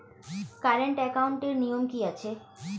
Current একাউন্টের নিয়ম কী আছে?